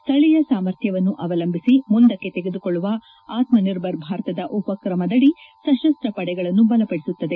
ಸ್ನಳೀಯ ಸಾಮರ್ಥ್ನವನ್ನು ಅವಲಂಬಿಸಿ ಮುಂದಕ್ಕೆ ತೆಗೆದುಕೊಳ್ಳುವ ಆತ್ಸರ್ಭಾರ್ ಭಾರತ್ನ ಉಪ್ರಕಮದಡಿ ಸತಸ್ತ ಪಡೆಗಳನ್ನು ಬಲಪಡಿಸುತ್ತದೆ